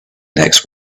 next